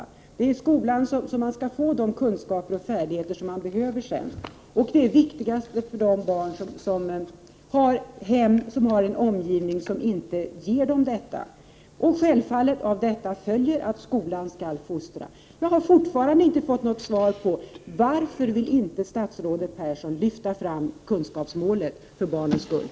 Det är i skolan man skall få de kunskaper och färdigheter man behöver senare. Detta är viktigast för de barn vars hem befinner sig i en omgivning som inte ger dem dessa kunskaper och färdigheter. Av detta följer att skolan självfallet skall fostra. Jag har fortfarande inte fått något svar på varför statsrådet Persson inte vill lyfta fram kunskapsmålet för barnens skull.